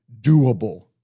doable